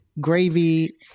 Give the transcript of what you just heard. Gravy